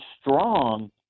strong